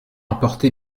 emporté